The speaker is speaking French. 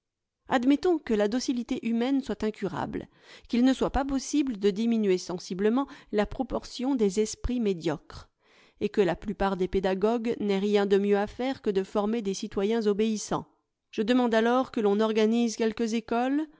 admettons que la docilité humaine soit incurable qu'il ne soit pas possible de diminuer sensiblement la proportion des esprits médiocres et que la plupart des pédagogues n'aient rien de mieux à faire que de former des citoyens obéissants je demande alors que l'on organise quelques écoles